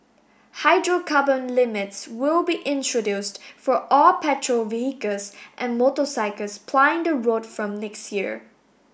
hydrocarbon limits will be introduced for all petrol vehicles and motorcycles plying the road from next year